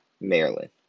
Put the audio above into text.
Maryland